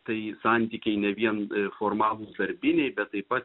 tai santykiai ne vien formalūs darbiniai bet taip pat